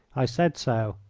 i said so.